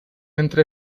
entre